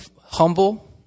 humble